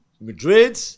Madrid